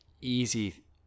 easy